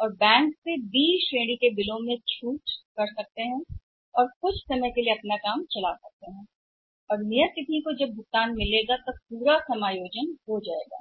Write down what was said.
और बी में बैंक में जा सकते हैं बैंक से छूट प्राप्त बिलों की श्रेणियां और इस समय और शो को चलाने के लिए देय तिथि जब भुगतान का एहसास होता है कि पूरा समायोजन हो गया है